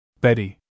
Betty